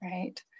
right